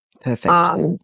Perfect